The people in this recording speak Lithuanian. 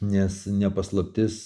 nes ne paslaptis